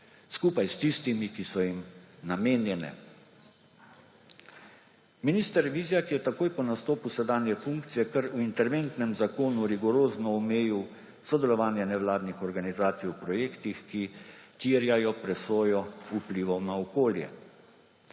skupaj s tistimi, ki so jim namenjene. Minister Vizjak je takoj po nastopu sedanje funkcije kar v interventnem zakonu rigorozno omejil sodelovanje nevladnih organizacij v projektih, ki terjajo presojo vplivov na okolje.